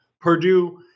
Purdue